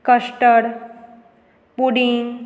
custard pudding